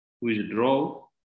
withdraw